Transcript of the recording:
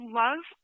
love